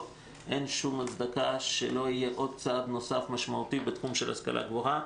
אין שום הצדקה שלא יהיה עוד צעד נוסף משמעותי בתחום ההשכלה הגבוהה.